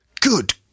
Good